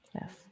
Yes